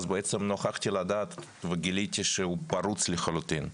בעצם נוכחתי לדעת וגיליתי שהוא פרוץ לחלוטין.